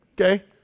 okay